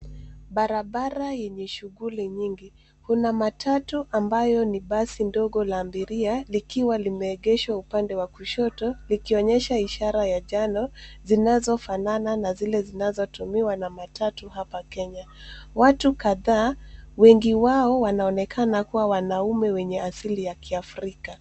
Barabara yenye shughuli nyingi, kuna matatu ambayo ni basi ndogo la abiria, likiwa limeegeshwa upande wa kushoto likionyesha ishara ya njano zinazofanana na zile zinazotumiwa na matatu hapa Kenya. Watu kadhaa wengi wao wanaonekana kuwa wanaume wenye asili ya kiafrika.